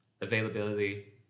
availability